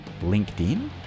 LinkedIn